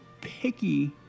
picky